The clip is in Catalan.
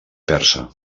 persa